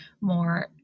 more